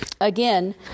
Again